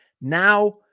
Now